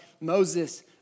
Moses